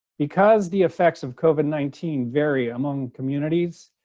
because the effects of covid nineteen vary among communities,